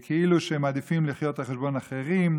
כאילו שהם מעדיפים לחיות על חשבון אחרים,